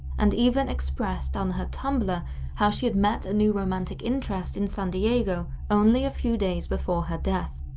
and even expressed on her tumblr how she had met a new romantic interest in san diego only a few days before her death.